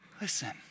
Listen